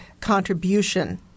contribution